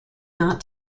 not